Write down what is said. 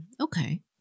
Okay